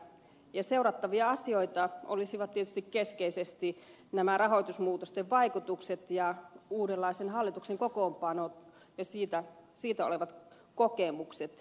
seurattavia asioita olisivat tietysti keskeisesti rahoitusmuutosten vaikutukset ja uudenlaisen hallituksen kokoonpano ja siitä olevat kokemukset